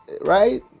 right